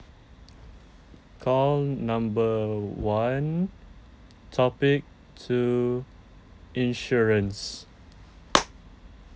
call number one topic two insurance